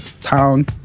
town